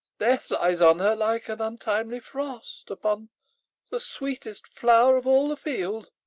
death lies on her like an untimely frost upon the sweetest flower of all the field.